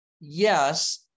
Yes